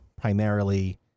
primarily